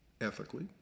ethically